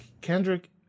Kendrick